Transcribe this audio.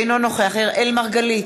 אינו נוכח אראל מרגלית,